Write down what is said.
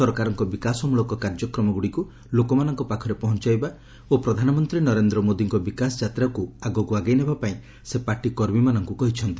ସରକାରଙ୍କର ବିକାଶମଳକ କାର୍ଯ୍ୟକ୍ରମଗୁଡ଼ିକୁ ଲୋକମାନଙ୍କ ପାଖରେ ପହଞ୍ଚାଇବା ଓ ପ୍ରଧାନମନ୍ତ୍ରୀ ନରେନ୍ଦ୍ର ମୋଦିଙ୍କ ବିକାଶ ଯାତ୍ରାକୁ ଆଗକୁ ଆଗେଇ ନେବା ପାଇଁ ସେ ପାର୍ଟି କର୍ମୀମାନଙ୍କୁ କହିଛନ୍ତି